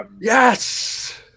yes